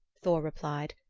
thor replied.